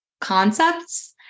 concepts